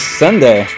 sunday